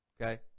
Okay